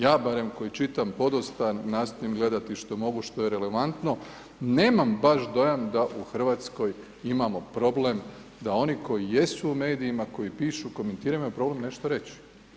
Ja barem koji čitam podosta, nastojim gledati što mogu, što je relevantno, nemam baš dojam da u Hrvatskoj imamo problem da oni koji jesu u medijima, koji pišu, komentiraju, imaju problem nešto reći.